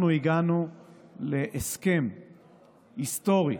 הגענו להסכם היסטורי.